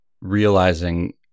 realizing